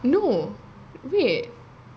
no wait